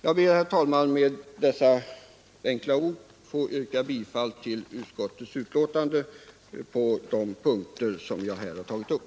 Jag ber, herr talman, med dessa enkla ord att få yrka bifall till utskottets hemställan på de punkter som jag här har tagit upp.